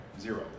zero